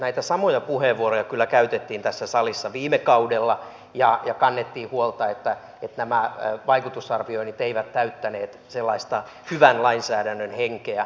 näitä samoja puheenvuoroja kyllä käytettiin tässä salissa viime kaudella ja kannettiin huolta että nämä vaikutusarvioinnit eivät täyttäneet sellaista hyvän lainsäädännön henkeä